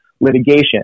litigation